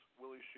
Willie